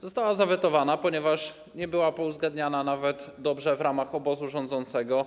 Została zawetowana, ponieważ nie była dobrze pouzgadniana nawet w ramach obozu rządzącego